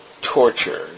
torture